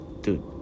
Dude